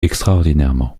extraordinairement